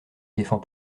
défend